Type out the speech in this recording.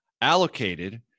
allocated